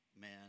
man